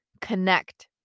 connect